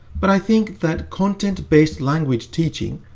but i think that content-based language teaching,